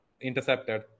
Intercepted